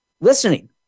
listening